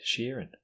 Sheeran